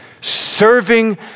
serving